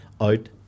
out